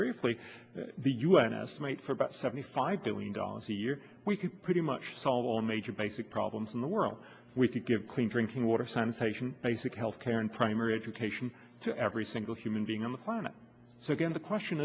briefly the u n estimates for about seventy five billion dollars a year we could pretty much solve all major basic problems in the world we could give clean drinking water sanitation basic health care and primary education to every single human being on the planet so again the question